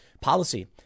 Policy